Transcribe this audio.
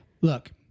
Look